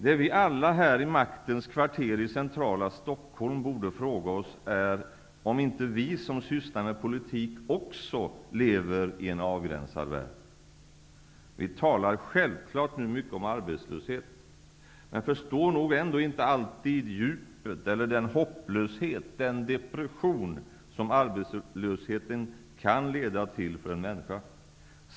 Det vi alla här i maktens kvarter i centrala Stockholm borde fråga oss är om inte vi som sysslar med politik också lever i en avgränsad värld. Vi talar självklart nu mycket om arbetslöshet, men vi förstår inte alltid djupet eller den hopplöshet och depression som arbetslösheten kan leda till för en människa.